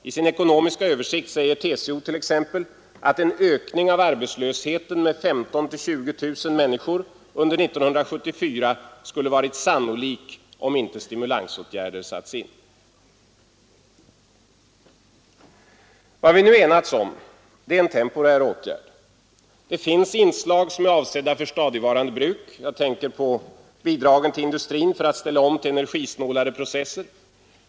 I sin ekonomiska översikt säger t.ex. TCO att en ökning av arbetslösheten med 15 000-20 000 under år 1974 skulle ha varit sannolik om inte stimuleringsåtgärder satts in. Vad vi nu enats om är en temporär åtgärd. Det finns inslag som är avsedda för stadigvarande bruk. — Jag tänker på bidrag till industrin för att ställa om till energisnålare processer.